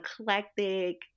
eclectic